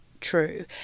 true